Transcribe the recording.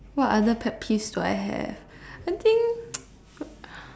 what other pet peeves do I have I think